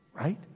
right